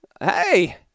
Hey